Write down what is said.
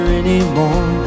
anymore